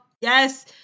yes